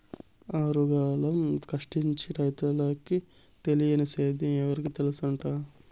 ఆరుగాలం కష్టించి రైతన్నకి తెలియని సేద్యం ఎవరికి తెల్సంట